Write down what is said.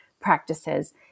practices